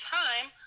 time